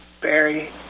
Barry